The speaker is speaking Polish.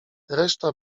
reszta